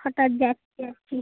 হঠাৎ যাচ্ছি